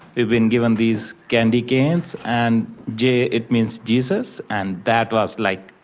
we've been given these candy canes, and j, it means jesus. and that was like,